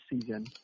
season